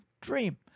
dream